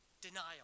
Denial